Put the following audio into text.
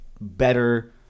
better